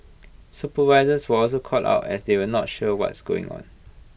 supervisors were also caught out as they were not sure what's going on